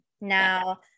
now